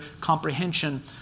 comprehension